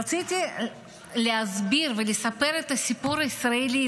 רציתי להסביר ולספר את הסיפור הישראלי,